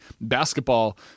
basketball